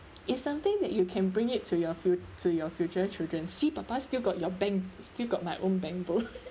it's something that you can bring it to your fu~ to your future children see papa still got your bank still got my own bank book